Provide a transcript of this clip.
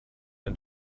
and